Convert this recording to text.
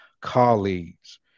colleagues